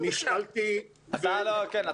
נשאלתי ו --- כן,